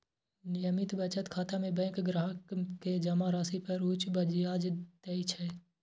नियमित बचत खाता मे बैंक ग्राहक कें जमा राशि पर उच्च ब्याज दै छै